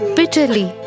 bitterly